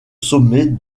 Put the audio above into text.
sommet